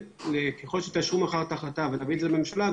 ככל שתאשרו מחר את ההחלטה ונביא את זה לממשלה,